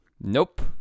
Nope